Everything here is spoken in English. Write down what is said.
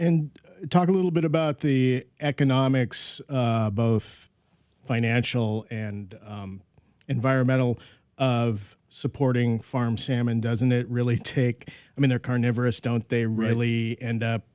and talk a little bit about the economics both financial and environmental of supporting farm salmon doesn't it really take i mean they're carnivorous don't they really and